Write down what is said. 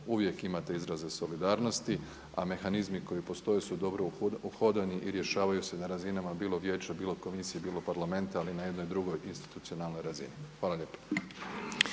uvijek imate izraze solidarnost a mehanizmi koji postoje su dobro uhodani i rješavaju se na razinama bilo Vijeća, bilo Komisije, bilo Parlamenta ali i na jednoj drugoj institucionalnoj razini. Hvala lijepa.